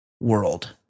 world